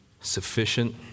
sufficient